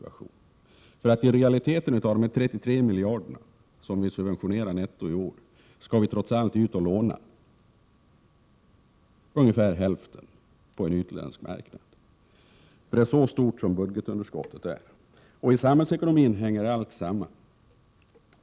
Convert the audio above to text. Av de 33 miljarderna netto i subventioner i år skall i realiteten ungefär hälften lånas på en utländsk marknad. Det är så stort som budgetunderskottet är, och i samhällsekonomin hänger allt samman.